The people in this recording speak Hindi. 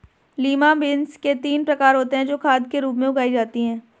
लिमा बिन्स के तीन प्रकार होते हे जो खाद के रूप में उगाई जाती हें